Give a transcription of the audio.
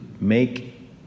make